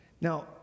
Now